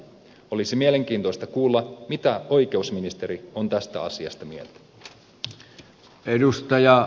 olisi mielenkiintoista kuulla mitä oikeusministeri on tästä asiasta mieltä